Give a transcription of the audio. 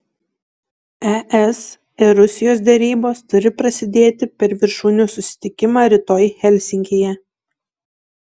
es ir rusijos derybos turi prasidėti per viršūnių susitikimą rytoj helsinkyje